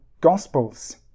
Gospels